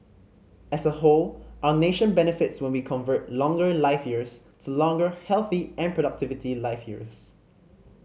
as a whole our nation benefits when we convert longer life years to longer healthy and productivity life years